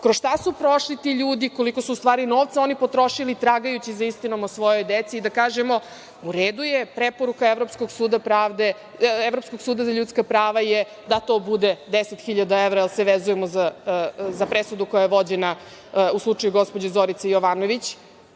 kroz šta su prošli ti ljudi, koliko su u stvari novca oni potrošili tragajući za istinom o svojoj deci i da kažemo – u redu je, preporuka Evropskog suda za ljudska prava je da to bude 10.000 evra, da se vezujemo za presudu koja je vođena u slučaju gospođe Zorice Jovanović